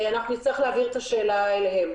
אנחנו נצטרך להעביר את השאלה אליהם.